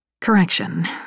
Correction